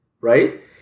right